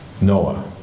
Noah